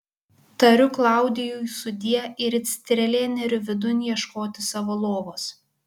tariu klaudijui sudie ir it strėlė neriu vidun ieškoti savo lovos